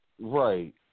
Right